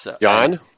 John